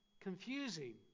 confusing